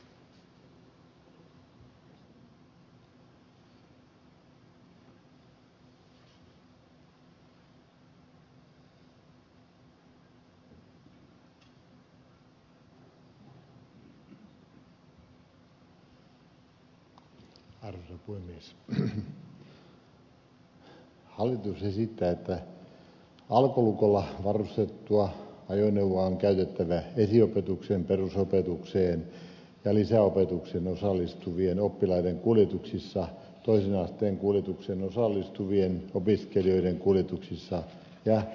hallitus esittää että alkolukolla varustettua ajoneuvoa on käytettävä esiopetukseen perusopetukseen ja lisäopetukseen osallistuvien oppilaiden kuljetuksissa toisen asteen kuljetukseen osallistuvien opiskelijoiden kuljetuksissa ja päivähoitokuljetuksissa